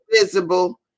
visible